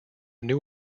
new